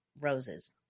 roses